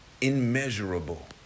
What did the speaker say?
immeasurable